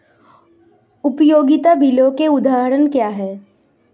उपयोगिता बिलों के उदाहरण क्या हैं?